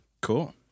Cool